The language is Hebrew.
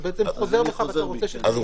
אתה בעצם חוזר בך ואתה רוצה --- אז אני חוזר בי,